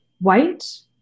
white